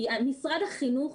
כי משרד החינוך,